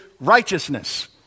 righteousness